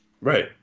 Right